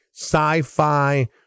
sci-fi